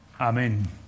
Amen